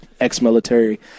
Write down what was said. ex-military